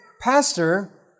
Pastor